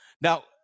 Now